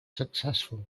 successful